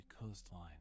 coastline